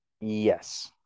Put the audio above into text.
Yes